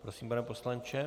Prosím, pane poslanče.